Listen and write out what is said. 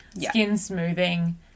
skin-smoothing